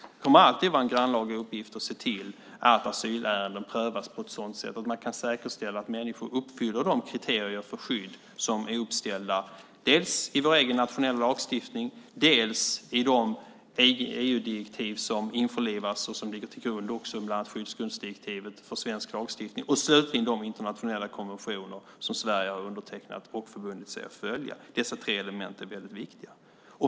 Det kommer alltid att vara en grannlaga uppgift att se till att asylärenden prövas på ett sådant sätt att det går att säkerställa att människor uppfyller de kriterier för skydd som är uppställda dels i vår egen nationella lagstiftning, dels i de EU-direktiv, bland annat skyddsgrundsdirektivet, som införlivas och som ligger till grund för svensk lagstiftning och dels slutligen de internationella konventioner som Sverige har undertecknat och förbundit sig att följa. Dessa tre element är viktiga.